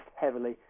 heavily